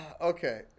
okay